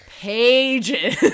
pages